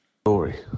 Story